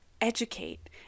educate